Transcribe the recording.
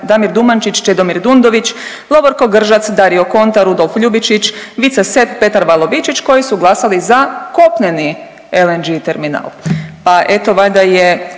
Damir Dumančić, Čedomir Dundović, Lovorko Gržac, Dario Kontar, Rudolf Ljubičić, Vice Sef, Petar Valovičić koji su glasali za kopneni LNG terminal,